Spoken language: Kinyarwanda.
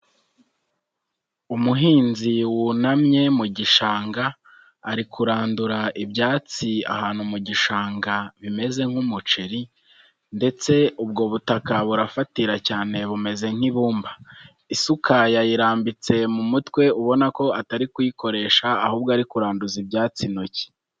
Umuhinzi wunamye mu gishanga, ari kurandura ibyatsi ahantu mu gishanga bimeze nk'umuceri, ndetse ubwo butaka burafatira cyane bumeze nk'ibumba, isuka yayirambitse mu mutwe ubona ko atari kuyikoresha, ahubwo ari kuranduza ibyatsi intoki.